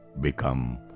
become